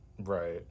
Right